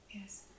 Yes